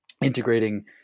integrating